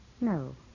No